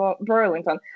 Burlington